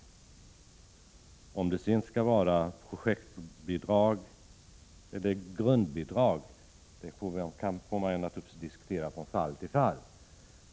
Om det sedan skall vara projektbidrag eller grundbidrag får man naturligtvis diskutera från fall till fall.